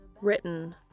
Written